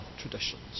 traditions